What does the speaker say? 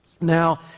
Now